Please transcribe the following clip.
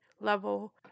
level